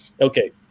Okay